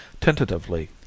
Tentatively